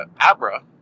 Abra